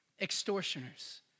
extortioners